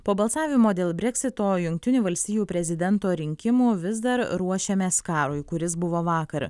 po balsavimo dėl breksito jungtinių valstijų prezidento rinkimų vis dar ruošiamės karui kuris buvo vakar